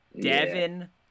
Devin